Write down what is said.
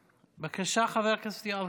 בבקשה, חבר הכנסת יואב